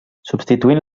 substituint